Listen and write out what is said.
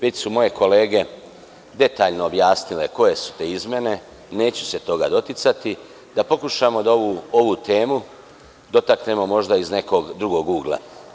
Već su moje kolege detaljno objasnile koje su to izmene, neću se toga doticati, da pokušamo da ovu temu dotaknemo možda iz nekog drugog ugla.